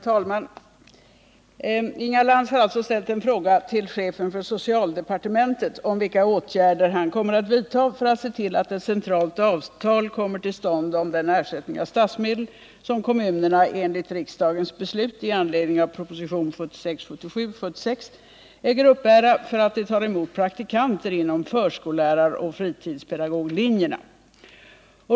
Herr talman! Inga Lantz har ställt en fråga till chefen för socialdepartementet om vilka åtgärder han kommer att vidta för att se till att ett centralt avtal kommer till stånd om den ersättning av statsmedel, som kommunerna enligt riksdagens beslut i anledning av proposition 1976 77:29, rskr 1976/77:333) äger uppbära för att de tar emot praktikanter inom förskolläraroch fritidspedagoglinjerna.